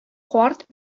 карт